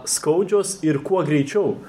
skaudžios ir kuo greičiau